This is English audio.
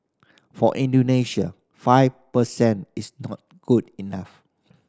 for Indonesia five per cent is not good enough